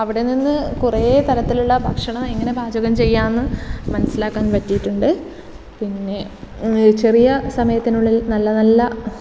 അവിടെ നിന്ന് കുറേ തരത്തിലുള്ള ഭക്ഷണം എങ്ങനെ പാചകം ചെയ്യാം എന്ന് മനസ്സിലാക്കാൻ പറ്റിയിട്ടുണ്ട് പിന്നെ ചെറിയ സമയത്തിനുള്ളിൽ നല്ല നല്ല